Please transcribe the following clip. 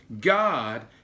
God